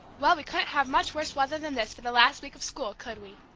well, we couldn't have much worse weather than this for the last week of school, could we?